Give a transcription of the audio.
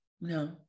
no